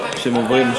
שהם עוברים,